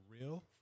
real